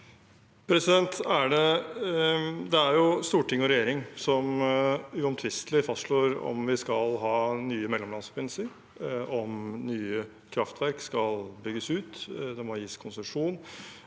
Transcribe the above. Det er storting og re- gjering som uomtvistelig fastslår om vi skal ha nye mellomlandsforbindelser, om nye kraftverk skal bygges ut, og om det skal gis konsesjon.